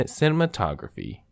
cinematography